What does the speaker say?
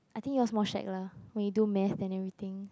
I think your's more shag lah when you do math and everything